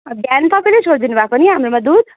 बिहान तपाईँले छोडिदिनु भएको नि हाम्रोमा दुध